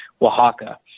Oaxaca